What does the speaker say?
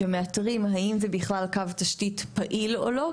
שמתארים האם זה בכלל קו תשתית פעיל או לא,